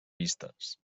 vistes